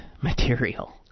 material